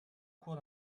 cours